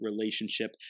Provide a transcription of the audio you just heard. relationship